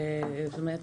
כאלה,